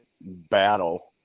battle